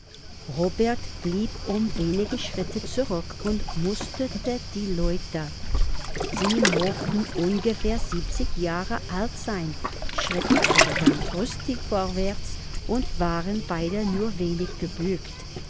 robert blieb um wenige schritte zurück und musterte die leute sie mochten ungefähr siebzig jahre alt sein schritten aber ganz rüstig vorwärts und waren beide nur wenig gebückt